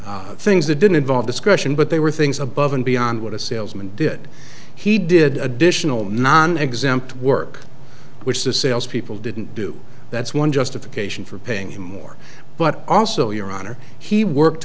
things that didn't involve discussion but they were things above and beyond what a salesman did he did additional nonexempt work which the sales people didn't do that's one justification for paying more but also your honor he worked